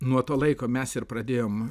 nuo to laiko mes ir pradėjom